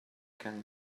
can